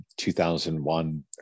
2001